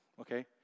Okay